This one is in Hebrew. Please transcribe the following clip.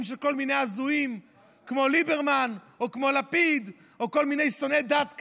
של כל מיני הזויים כמו ליברמן או כמו לפיד או כל מיני שונאי דת,